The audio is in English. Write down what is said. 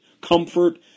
comfort